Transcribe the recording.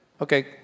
Okay